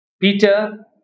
Peter